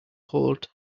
hold